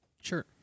Sure